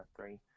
three